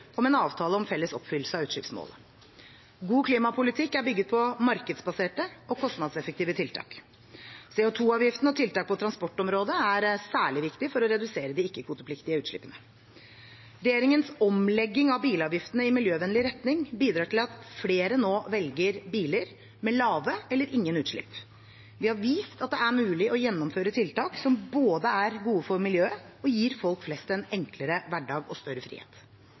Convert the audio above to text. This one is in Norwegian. en avtale om felles oppfyllelse av utslippsmålet. God klimapolitikk er bygget på markedsbaserte og kostnadseffektive tiltak. CO 2 -avgiften og tiltak på transportområdet er særlig viktig for å redusere de ikke-kvotepliktige utslippene. Regjeringens omlegging av bilavgiftene i miljøvennlig retning bidrar til at flere nå velger biler med lave eller ingen utslipp. Vi har vist at det er mulig å gjennomføre tiltak som både er gode for miljøet og gir folk flest en enklere hverdag og større frihet.